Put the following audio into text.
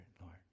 Lord